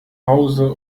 hause